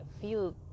feel